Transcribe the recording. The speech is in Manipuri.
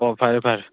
ꯑꯣ ꯐꯔꯦ ꯐꯔꯦ